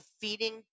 feeding